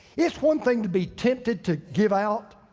it's one thing to be tempted to give out,